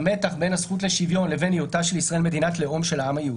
המתח בין הזכות לשוויון לבין היותה של ישראל מדינת לאום של העם היהודי,